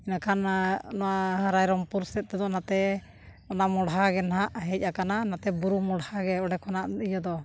ᱤᱱᱟᱹᱠᱷᱟᱱ ᱱᱚᱣᱟ ᱨᱟᱭᱨᱚᱝᱯᱩᱨ ᱥᱮᱫ ᱛᱮᱫᱚ ᱱᱚᱛᱮ ᱚᱱᱟ ᱢᱚᱸᱦᱰᱟᱜᱮ ᱱᱟᱦᱟᱜ ᱦᱮᱡ ᱟᱠᱟᱱᱟ ᱱᱟᱛᱮ ᱵᱩᱨᱩ ᱢᱚᱸᱦᱰᱟᱜᱮ ᱚᱸᱰᱮ ᱠᱷᱚᱱᱟᱜ ᱤᱭᱟᱹ ᱫᱚ